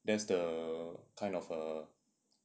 that's the kind of a